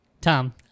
tom